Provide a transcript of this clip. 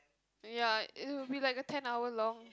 ya it will be like a ten hour long